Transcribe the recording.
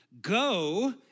go